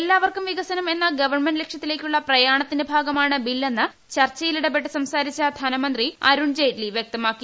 എല്ലാവർക്കും വികസനം എന്ന ഗവൺമെന്റ ലക്ഷ്യത്തിലേക്കുള്ള പ്രയാണത്തിന്റെ ഭാഗമാണ് ബില്ലെന്ന് ചർച്ചയിൽ ഇടപെട്ട് സംസാരിച്ച ധനമന്ത്രി അരുൺ ജെയ്റ്റ്ലി വ്യക്തമാക്കി